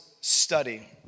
study